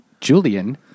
Julian